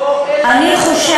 פה אין, מה